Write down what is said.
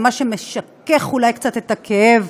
למה שמשכך אולי קצת את הכאב,